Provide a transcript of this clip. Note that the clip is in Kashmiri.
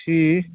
ٹھیٖک